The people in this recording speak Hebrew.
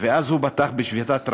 ואז הוא פתח בשביתת רעב.